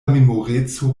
memoreco